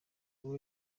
buri